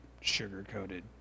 sugar-coated